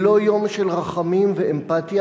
זה לא יום של רחמים ואמפתיה.